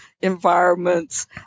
environments